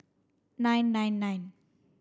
nine nine nine